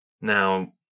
Now